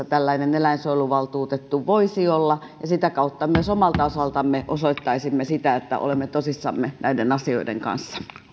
tällainen eläinsuojeluvaltuutettu voisi olla ja sitä kautta myös omalta osaltamme osoittaisimme että olemme tosissamme näiden asioiden kanssa